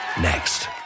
Next